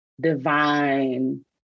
divine